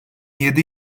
yedi